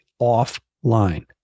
offline